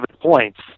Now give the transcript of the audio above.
points